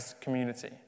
community